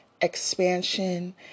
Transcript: expansion